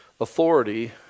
authority